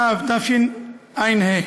באב תשע"ה,